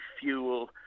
fuel